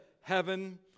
heaven